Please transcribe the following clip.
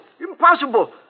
Impossible